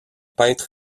peintre